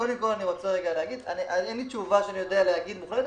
אין לי תשובה מוחלטת.